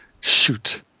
Shoot